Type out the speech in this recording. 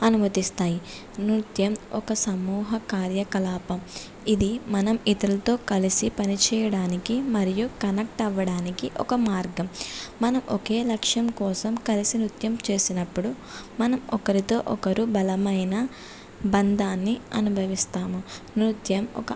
అనుమతిస్తాయి నృత్యం ఒక సమూహ కార్యకలాపం ఇది మనం ఇతరులతో కలిసి పని చేయడానికి మరియు కనెక్ట్ అవ్వడానికి ఒక మార్గం మనం ఒకే లక్ష్యం కోసం కలిసి నృత్యం చేసినప్పుడు మనం ఒకరితో ఒకరు బలమైన బంధాన్ని అనుభవిస్తాము నృత్యం ఒక